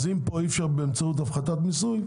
אז אם פה אי אפשר באמצעות הפחתת מיסוי,